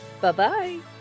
Bye-bye